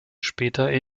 später